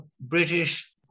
British